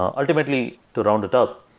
ultimately, to round it up,